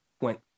went